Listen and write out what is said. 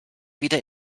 wieder